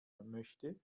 möchte